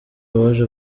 waje